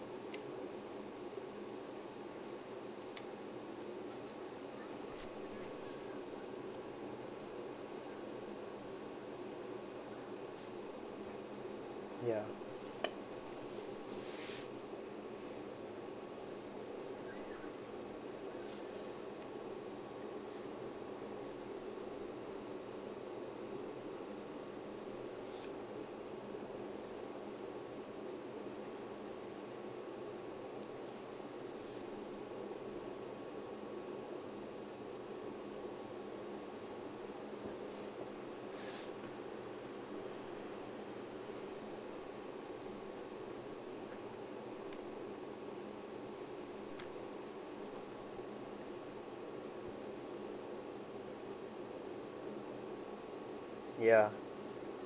ya ya